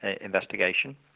investigation